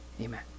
Amen